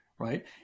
Right